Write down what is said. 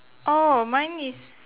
orh mine is